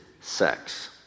sex